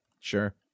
Sure